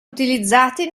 utilizzati